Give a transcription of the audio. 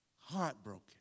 heartbroken